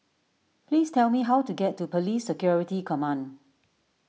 please tell me how to get to Police Security Command